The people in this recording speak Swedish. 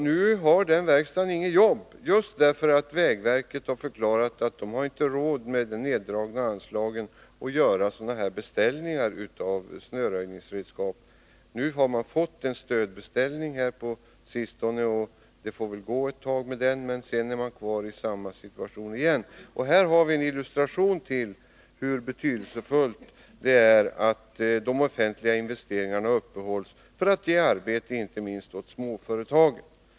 Nu har den här verkstaden inget jobb, just därför att vägverket har förklarat att det till följd av de neddragna anslagen inte har råd att beställa snöröjningsredskap. Verkstaden har på sistone fått en stödbeställning, och det får väl gå ett tag tack vare den, men sedan hamnar man i samma situation igen. Här har vi en illustration till hur betydelsefullt det är att de offentliga investeringarna uppehålls för att ge arbete inte minst åt småföretagen.